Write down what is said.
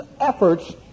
efforts